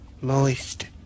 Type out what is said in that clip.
Moist